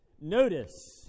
Notice